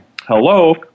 Hello